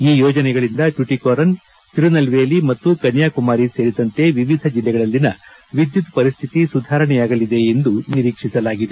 ಈ ಯೋಜನೆಗಳಿಂದ ಟುಟಿಕೊರಿನ್ ತಿರುನಲ್ವೇಲಿ ಮತ್ತು ಕನ್ಯಾಕುಮಾರಿ ಸೇರಿದಂತೆ ವಿವಿಧ ಜಿಲ್ಲೆಗಳಲ್ಲಿನ ವಿದ್ಯುತ್ ಪರಿಸ್ಥಿತಿ ಸುಧಾರಣೆಯಾಗಲಿದೆ ಎಂದು ನಿರೀಕ್ಷಿಸಲಾಗಿದೆ